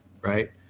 right